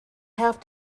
have